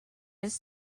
his